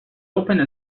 opened